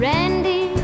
Randy